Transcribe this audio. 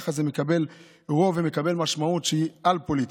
ככה זה מקבל רוב ומקבל משמעות שהיא א-פוליטית.